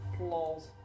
lols